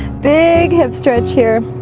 big hip stretch here